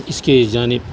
اس کے جانب